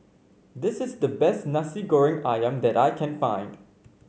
this is the best Nasi Goreng ayam that I can find